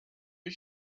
you